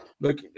look